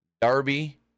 Darby